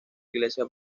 iglesia